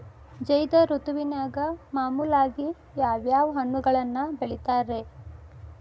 ಝೈದ್ ಋತುವಿನಾಗ ಮಾಮೂಲಾಗಿ ಯಾವ್ಯಾವ ಹಣ್ಣುಗಳನ್ನ ಬೆಳಿತಾರ ರೇ?